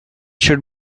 should